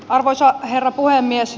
arvoisa herra puhemies